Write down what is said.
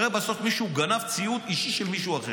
הרי בסוף מישהו גנב ציוד אישי של מישהו אחר,